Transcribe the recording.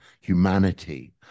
humanity